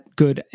good